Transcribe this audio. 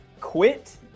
Quit